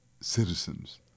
citizens